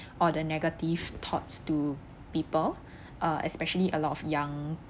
or the negative thoughts to people uh especially a lot of young